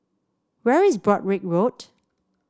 where is Broadrick Road